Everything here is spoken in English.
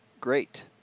great